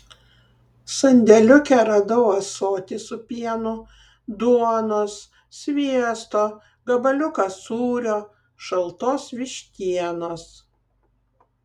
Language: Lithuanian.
sandėliuke radau ąsotį su pienu duonos sviesto gabaliuką sūrio šaltos vištienos